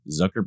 Zuckerberg